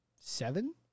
seven